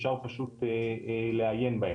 אפשר פשוט לעיין בהם.